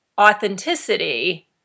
authenticity